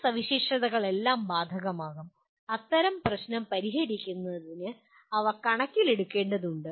ഈ സവിശേഷതകളെല്ലാം ബാധകമാകും ഇത്തരത്തിലുള്ള പ്രശ്നം പരിഹരിക്കുന്നതിന് അവ കണക്കിലെടുക്കേണ്ടതുണ്ട്